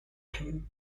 him